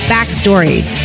Backstories